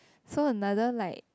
so another like